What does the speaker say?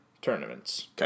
tournaments